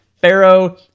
pharaoh